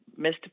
Mr